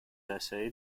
essay